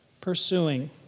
pursuing